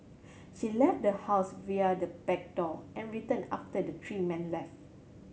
she left the house via the back door and returned after the three men left